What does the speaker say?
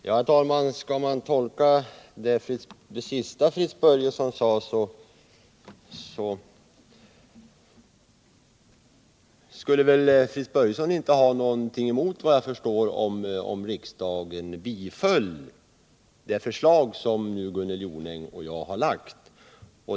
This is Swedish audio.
Herr talman! Om det senaste som Fritz Börjesson sade skall tolkas positivt, så skulle det väl betyda att Fritz Börjesson inte hade något emot om riksdagen biföll det förslag som Gunnel Jonäng och jag har lagt.